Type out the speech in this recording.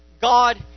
God